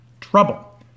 trouble